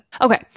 Okay